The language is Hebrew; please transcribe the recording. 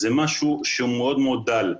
וזה משהו שהוא מאוד מאוד דל.